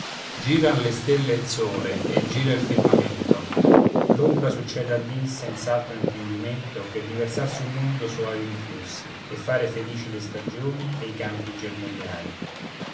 giran le stelle e il sole e gira il firmamento l'ombra succede al dì senz'altro intendimento che di versar sul mondo soavi influssi e fare felici le stagioni e i campi germogliare